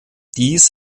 dies